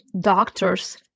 doctors